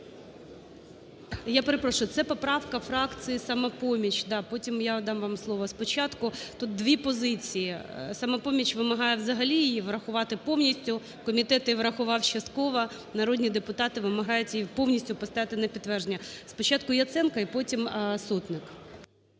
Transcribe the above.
Я перепрошую, це поправка фракції "Самопоміч", да, потім я дам вам слово, спочатку. Тут дві позиції, "Самопоміч" вимагає взагалі її врахувати повністю, комітет її врахував частково, народні депутати вимагають її повністю поставити на підтвердження. Спочатку Яценко, і потім Сотник.